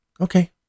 Okay